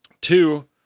Two